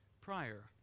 prior